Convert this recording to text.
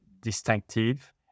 distinctive